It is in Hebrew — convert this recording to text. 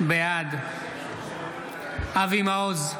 בעד אבי מעוז,